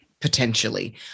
potentially